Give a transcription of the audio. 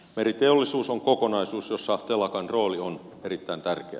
meriteollisuus on kokonaisuus jossa telakan rooli on erittäin tärkeä